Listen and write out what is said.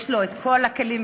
יש לו כל הכלים,